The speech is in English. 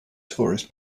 tourists